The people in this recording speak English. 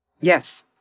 Yes